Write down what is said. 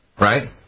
right